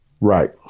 Right